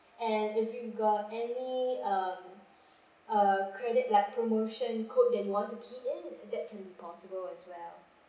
and if you got any um uh credit like promotion code that you want to key in that can be possible as well